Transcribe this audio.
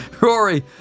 Rory